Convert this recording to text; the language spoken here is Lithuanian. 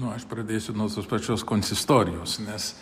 nu aš pradėsiu nuo tos pačios konsistorijos nes